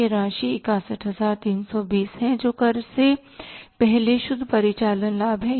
यह राशि 61320 है जो कर से पहले शुद्ध परिचालन लाभ है